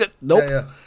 Nope